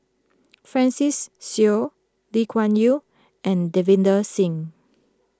Francis Seow Lee Kuan Yew and Davinder Singh